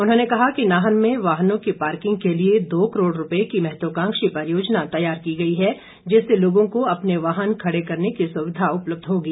उन्होंने कहा कि नाहन में वाहनों की पार्किंग के लिए दो करोड़ रुपये की महत्वकांक्षी परियोजना तैयार की गई है जिससे लोगों को अपने वाहन खड़े करने की सुविधा उपलब्ध होगी